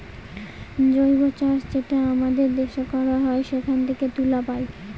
জৈব চাষ যেটা আমাদের দেশে করা হয় সেখান থেকে তুলা পায়